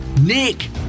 Nick